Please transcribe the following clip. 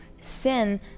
sin